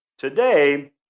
Today